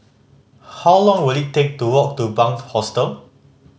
how long will it take to walk to Bunc Hostel